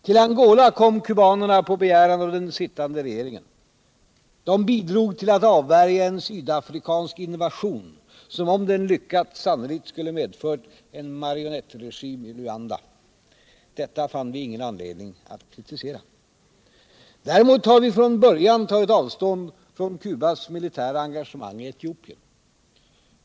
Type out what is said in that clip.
Till Angola kom kubanerna på begäran av den sittande regeringen. De bidrog till att avvärja en sydafrikansk invasion, som om den lyckats sannolikt skulle ha medfört en marionettregim i Luanda. Detta fann vi inte anledning att kritisera. Däremot har vi från första början tagit avstånd från Cubas militära engagemang i Etiopien.